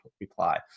reply